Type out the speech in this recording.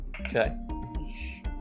Okay